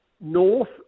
North